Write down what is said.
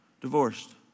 divorced